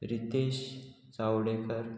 Ritesh Chavdekar